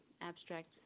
abstract